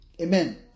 Amen